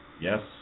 yes